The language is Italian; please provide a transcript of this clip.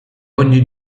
ogni